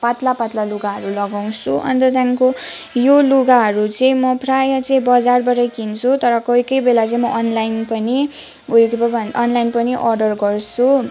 पातला पातला लुगाहरू लगाउँछु अन्त त्यहाँदेखिको यो लुगाहरू चाहिँ म प्रायः चाहिँ बजारबाटै किन्छु तर कोही कोही बेला चाहिँ म अनलाइन पनि उयो के पो भन् अनलाइन पनि अर्डर गर्छु